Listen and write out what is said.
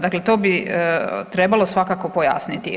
Dakle, to bi trebalo svakako pojasniti.